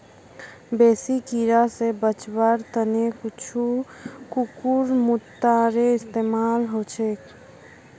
बेसी कीरा स बचवार त न कुछू कुकुरमुत्तारो इस्तमाल ह छेक